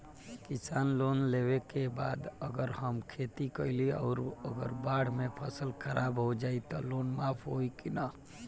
किसान लोन लेबे के बाद अगर हम खेती कैलि अउर अगर बाढ़ मे फसल खराब हो जाई त लोन माफ होई कि न?